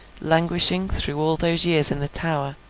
languishing through all those years in the tower,